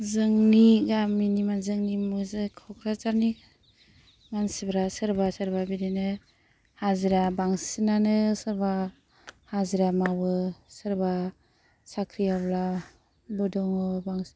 जोंनि गामिनि जोंनि क'क्राझारनि मानसिफ्रा सोरबा सोरबा बिदिनो हाजिरा बांसिनानो सोरबा हाजिरा मावो सोरबा साख्रि आवलाबो दङ